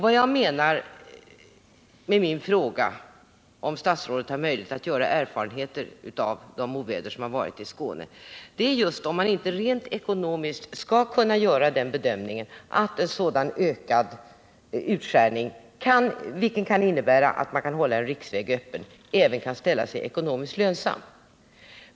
Vad jag menar med min fråga, om statsrådet har möjligheter att tillgodogöra sig erfarenheterna av de oväder som har förekommit i Skåne, är just att jag undrar om man inte skall kunna göra den ekonomiska bedömningen att en sådan ökad utskärning, vilken kan innebära att man kan hålla en riksväg öppen, kan ställa sig även ekonomiskt lönsam.